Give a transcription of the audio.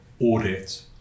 Audit